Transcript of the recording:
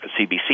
CBC